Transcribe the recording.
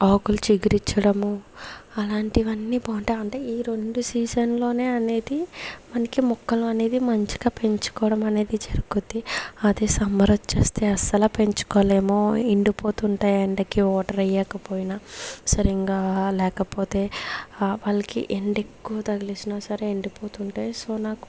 ఆకులు చిగురిచ్చడము అలాంటివన్నీ బాగుంటాయి అంటే ఈ రెండు సీజన్లోనే అనేది మనకి మొక్కలు అనేది మంచిగా పెంచుకోడం అనేది జరుగుద్ది అది సమ్మర్ వచ్చేస్తే అస్సల పెంచుకోలేము ఎండిపోతూ ఉంటాయి ఎండకు వాటర్ వెయ్యకపోయినా సరిగ్గా లేకపోతే వాళ్ళకి ఎండ ఎక్కువ తగిలేసినా సరే ఎండి పోతూ ఉంటాయి సో నాకు